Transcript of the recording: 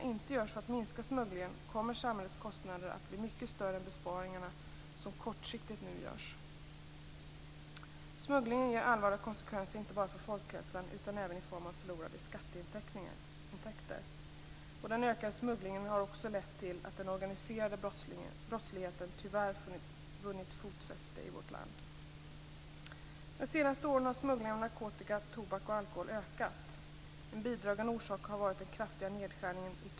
Smugglingen ger allvarliga konsekvenser inte bara för folkhälsan, utan även i form av förlorade skatteintäkter. Den ökade smugglingen har också lett till att den organiserade brottsligheten tyvärr vunnit fotfäste i vårt land.